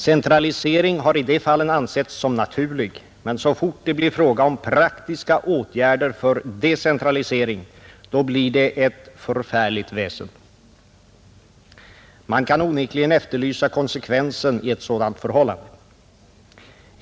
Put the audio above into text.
Centralisering hart i de fallen ansetts som naturlig, men så snart det blir fråga om praktiska åtgärder för decentralisering blir det ett förfärligt väsen. Man kan onekligen efterlysa konsekvensen i ett sådant förhållande.